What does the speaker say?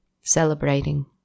celebrating